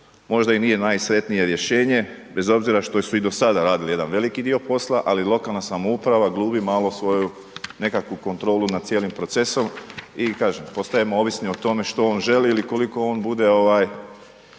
možda i nije najsretnije rješenje bez obzira što su i do sada radili jedan veliki dio posla, ali lokalna samouprava glumi malo svoju nekakvu kontrolu nad cijelim procesom i kažem, postajemo ovisi o tome što on želi ili koliko on bude